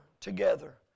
together